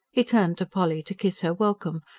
he turned to polly to kiss her welcome,